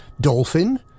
Dolphin